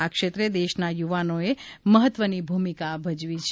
આ ક્ષેત્રે દેશના યુવાનોએ મહત્વની ભૂમિકા ભજવી છે